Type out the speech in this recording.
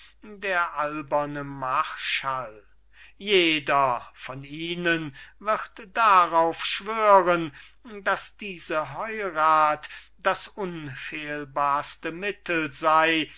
walter der alberne marschall jeder von ihnen wird darauf schwören daß diese heirath das unfehlbarste mittel sei